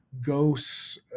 ghosts